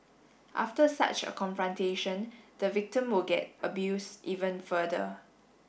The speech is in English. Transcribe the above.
after such a confrontation the victim would get abuse even further